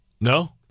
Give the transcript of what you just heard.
No